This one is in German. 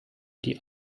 die